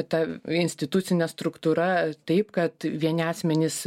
ta institucine struktūra taip kad vieni asmenys